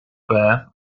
bear